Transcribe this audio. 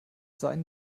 sein